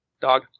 dog